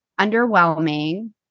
underwhelming